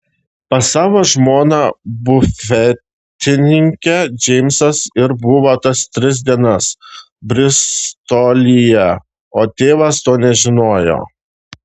pas savo žmoną bufetininkę džeimsas ir buvo tas tris dienas bristolyje o tėvas to nežinojo